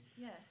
Yes